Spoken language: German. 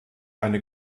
eine